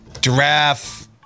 Giraffe